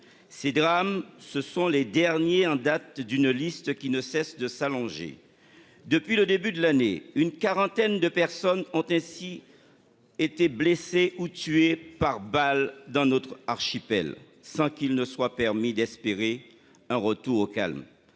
Ces drames, ce sont les derniers en date d'une liste qui ne cesse de s'allonger. Depuis le début de l'année une quarantaine de personnes ont ainsi. Été blessés ou tués par balle dans notre archipel sans qu'il ne soit permis d'espérer un retour au calme.